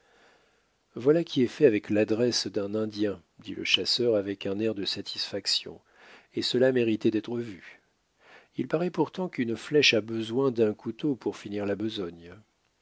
voilà qui est fait avec l'adresse d'un indien dit le chasseur avec un air de satisfaction et cela méritait d'être vu il paraît pourtant qu'une flèche a besoin d'un couteau pour finir la besogne